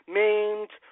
maimed